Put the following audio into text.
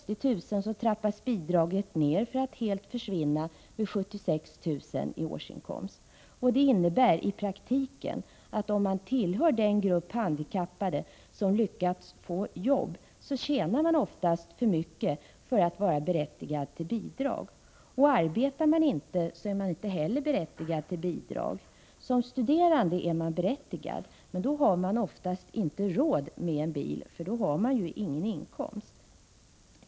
i årsinkomst trappas bidraget ner för att helt försvinna vid 76 000 kr. Det innebär i praktiken, att om man tillhör den grupp handikappade som har lyckats få jobb tjänar man oftast för mycket för att vara berättigad till bidrag. Arbetar man inte är man inte heller berättigad till bidrag. Som studerande är man berättigad, men då har man oftast inte råd med en bil eftersom man inte har någon inkomst.